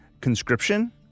conscription